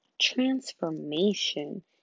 transformation